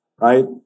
right